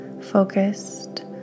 focused